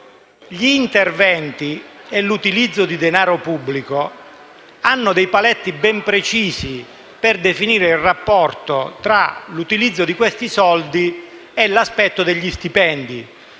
gli interventi e l'utilizzo di denaro pubblico hanno paletti ben precisi per definire il rapporto tra l'utilizzo di questi soldi e l'aspetto degli stipendi;